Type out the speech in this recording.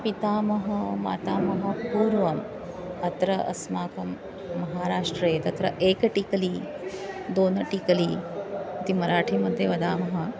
पितामहः मातामहः पूर्वम् अत्र अस्माकं महाराष्ट्रे तत्र एकटिकली दोन टिकली इति मराठी मध्ये वदामः